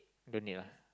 don't need ah